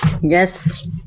Yes